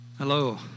Hello